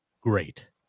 great